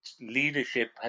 leadership